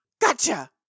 Gotcha